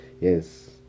yes